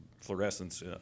fluorescence